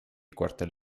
cuartel